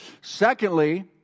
Secondly